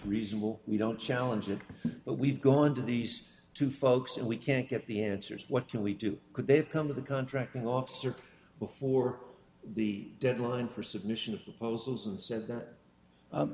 reasonable we don't challenge it but we've gone to these two folks and we can't get the answers what can we do could they have come to the contracting officer before the deadline for submission of postals and said th